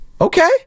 Okay